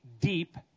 deep